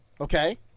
okay